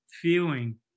feeling